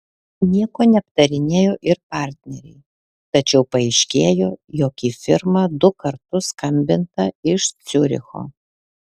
nieko neaptarinėjo ir partneriai tačiau paaiškėjo jog į firmą du kartus skambinta iš ciuricho